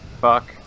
fuck